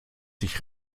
sich